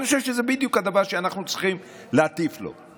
אני חושב שזה בדיוק הדבר שאנחנו צריכים להטיף לו.